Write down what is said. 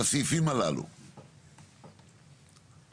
בסעיף קטן זה "חוק הרשות הארצית לכבאות